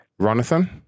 Ronathan